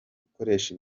gukoresha